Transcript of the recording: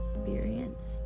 experienced